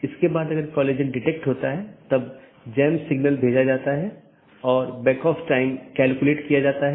इसलिए यह महत्वपूर्ण है और मुश्किल है क्योंकि प्रत्येक AS के पास पथ मूल्यांकन के अपने स्वयं के मानदंड हैं